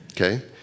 Okay